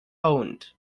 owned